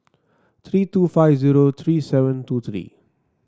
three two five zero three seven two three